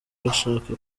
bashaka